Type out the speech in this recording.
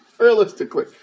realistically